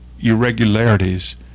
irregularities